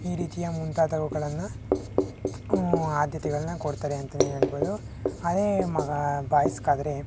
ಈ ರೀತಿಯ ಮುಂತಾದವುಗಳನ್ನು ಆದ್ಯತೆಗಳನ್ನ ಕೊಡ್ತಾರೆ ಅಂತಲೇ ಹೇಳ್ಬೋದು ಅದೇ ಮಗ ಬಾಯ್ಸ್ಗಾದರೆ